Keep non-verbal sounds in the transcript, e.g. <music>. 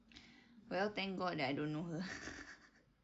well thank god that I don't know her <laughs>